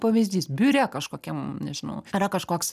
pavyzdys biure kažkokiam nežinau yra kažkoks